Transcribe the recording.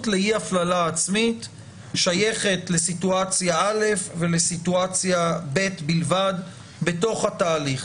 לאי הפללה עצמית שייכת לסיטואציה א' ולסיטואציה ב' בלבד בתוך התהליך.